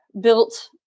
built